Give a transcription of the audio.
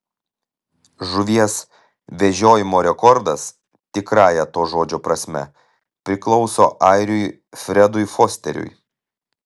žuvies vežiojimo rekordas tikrąja to žodžio prasme priklauso airiui fredui fosteriui